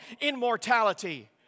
immortality